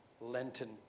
Lenten